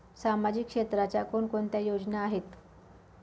सामाजिक क्षेत्राच्या कोणकोणत्या योजना आहेत?